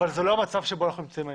אבל זה לא המצב בו אנחנו מצויים היום.